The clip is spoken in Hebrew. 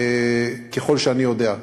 ככל שאני יודע.